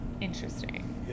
Interesting